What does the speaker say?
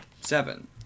seven